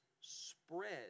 spread